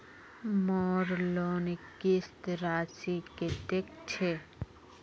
मोर लोन किस्त राशि कतेक छे?